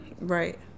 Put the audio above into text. right